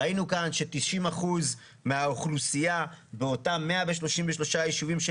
ראינו כאן ש-90% מהאוכלוסייה באותם 133 ישובים של